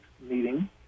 meeting